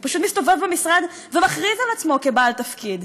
הוא פשוט מסתובב במשרד ומכריז על עצמו כבעל תפקיד.